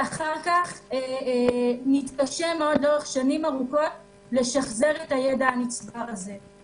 שאחר כך לאורך שנים ארוכות נתקשה מאוד לשחזר את הידע הנצבר הזה,